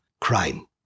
crime